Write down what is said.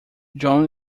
john